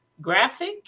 graphic